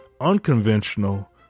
unconventional